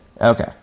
Okay